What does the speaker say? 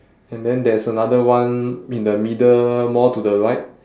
and then there's another one in the middle more to the right